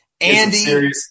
Andy